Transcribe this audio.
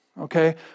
Okay